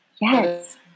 Yes